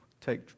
take